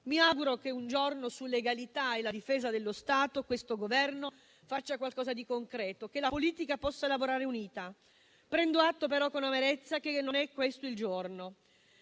Mi auguro che un giorno su legalità e difesa dello Stato questo Governo faccia qualcosa di concreto, che la politica possa lavorare unita. Prendo atto, però, con amarezza che non è questo il giorno.